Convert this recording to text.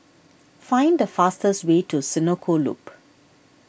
find the fastest way to Senoko Loop